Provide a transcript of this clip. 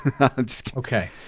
Okay